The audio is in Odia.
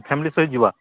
ଫ୍ୟାମିଲି ସହିତ ଯିବା